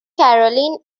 caroline